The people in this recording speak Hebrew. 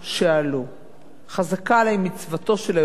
חזקה עלי מצוותו של היושב-ראש לקצר,